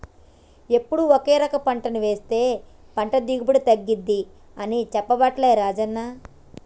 ఎప్పుడు ఒకే రకం పంటలు వేస్తె పంట దిగుబడి తగ్గింది అని చెప్పబట్టే రాజన్న